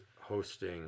hosting